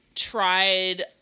Tried